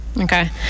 Okay